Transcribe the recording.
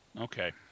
Okay